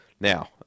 Now